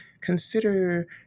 consider